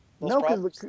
No